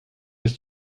ist